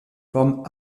formes